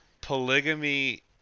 Polygamy